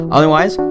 Otherwise